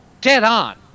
dead-on